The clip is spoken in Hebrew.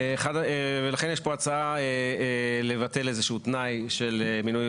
לכן יש פה הצעה לבטל איזשהו תנאי של מינוי